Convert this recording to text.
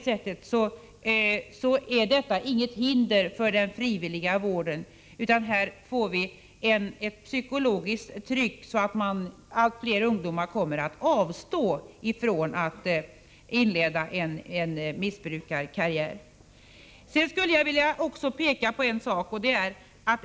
Detta är alltså inget hinder för den frivilliga vården, utan här får vi ett psykologiskt tryck, så att allt fler ungdomar kommer att avstå från att inleda låt mig säga en missbrukarkarriär.